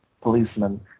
policeman